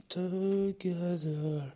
together